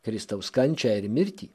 kristaus kančią ir mirtį